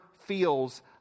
feels